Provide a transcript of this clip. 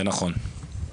זה נכון.